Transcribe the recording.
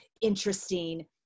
interesting